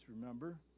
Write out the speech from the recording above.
remember